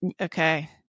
okay